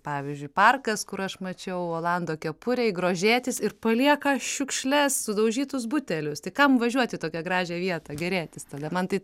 pavyzdžiui parkas kur aš mačiau olando kepurėj grožėtis ir palieka šiukšles sudaužytus butelius tai kam važiuot į tokią gražią vietą gėrėtis tada man tai